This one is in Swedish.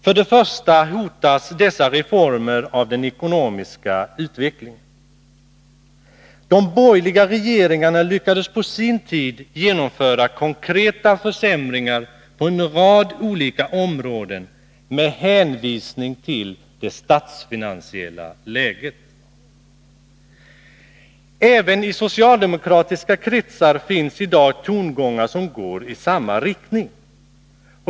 För det första hotas dessa reformer av den ekonomiska utvecklingen. De borgerliga regeringarna lyckades på sin tid genomföra konkreta försämringar på en rad olika områden med hänvisning till det statsfinansiella läget. Även i socialdemokratiska kretsar finns i dag tongångar som går i samma riktning.